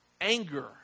anger